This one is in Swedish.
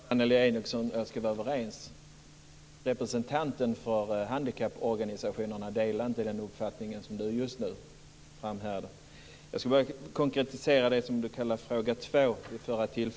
Fru talman! Jag tror att Annelie Enochson och jag är ganska överens. Representanten för handikapporganisationerna delar inte den uppfattning som Annelie Enochson just nu framhärdar. Jag ska bara konkretisera det som Annelie Enochson kallar fråga 2.